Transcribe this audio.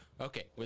Okay